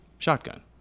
Shotgun